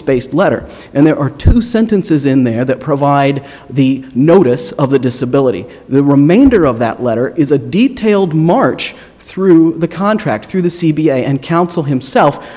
spaced letter and there are two sentences in there that provide the notice of the disability the remainder of that letter is a detailed march through the contract through the c b i and counsel himself